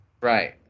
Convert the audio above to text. right